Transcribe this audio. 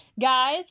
Guys